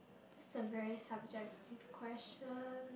it's a very subjective question